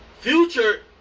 Future